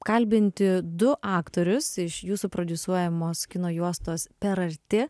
kalbinti du aktorius iš jūsų prodiusuojamos kino juostos per arti